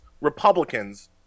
republicans